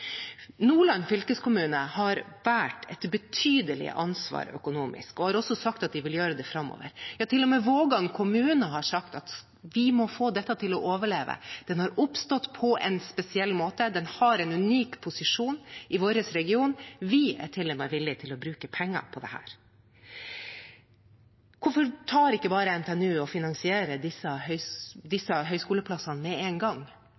Nordland fylkeskommune har båret et betydelig ansvar økonomisk og har også sagt at de vil gjøre det framover. Til og med Vågan kommune har sagt: Vi må få dette til å overleve. Den har oppstått på en spesiell måte, den har en unik posisjon i vår region. Vi er til og med villig til å bruke penger på dette. Hvorfor tar ikke bare NTNU og finansierer disse høyskoleplassene med en gang?